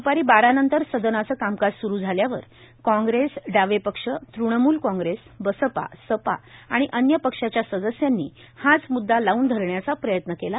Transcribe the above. दुपारी बारानंतर सदनाचं कामकाज स्वुरू झाल्यावर काँग्रेस डावेपक्ष तृणमूल काँग्रेस बसपा सपा आणि अन्य पक्षाच्या सदस्यांनी हाच मुद्दा लावून धरण्याचा प्रयत्न केला